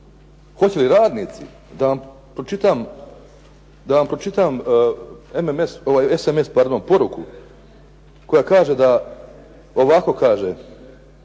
Hoće li radnici, da vam pročitam SMS poruku koja ovako kaže